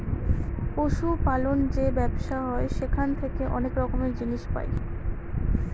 পশু পালন যে ব্যবসা হয় সেখান থেকে অনেক রকমের জিনিস পাই